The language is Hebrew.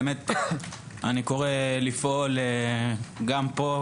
אני קורא לפעול פה,